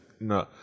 no